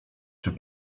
czy